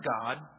God